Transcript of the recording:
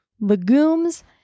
Legumes